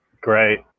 Great